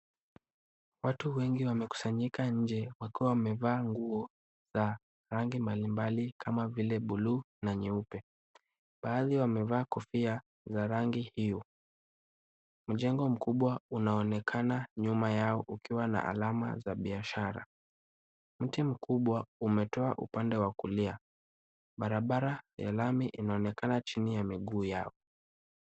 Watu wengi wamekusanyika nnje wakiwa wamevaa nguo za rangi mbalimbali kama vile bluu na nyeupe. Baadhi wamevaa kofia za rangi hiyo. Mjengo mkubwa unaoonekana ukiwa na alama za biashara. Mti mkubwa umetoa upande wa kulia. Barabara ya lami inaonekana chini ya miguu yao.